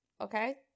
okay